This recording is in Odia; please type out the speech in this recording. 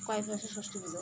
ତାପରେ ଷଷ୍ଠୀ ପୂଜା